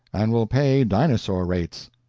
and will pay dinosaur rates.